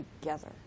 together